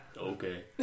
okay